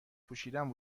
پوشیدن